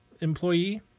employee